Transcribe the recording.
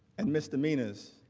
and misdemeanors,